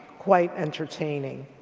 quite entertaining.